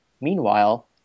Meanwhile